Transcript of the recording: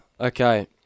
Okay